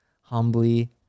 humbly